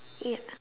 ya